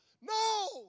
No